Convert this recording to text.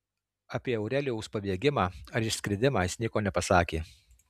apie aurelijaus pabėgimą ar išskridimą jis nieko nepasakė